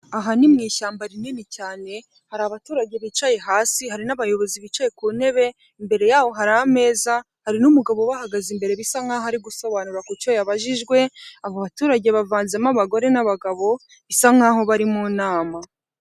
Aha n’ mu ishyamba rinini cyane hari abaturage bicaye hasi hari n'abayobozi bicaye ku ntebe imbere yaho hari ameza hari n'umugabo ubahagaze imbere bisa nkaho ari gusobanura ku cyo yabajijwe, abo baturage bavanzemo abagore, n'abagabo bisa nkaho bari mu nama.